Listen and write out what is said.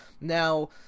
now